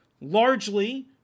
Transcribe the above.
largely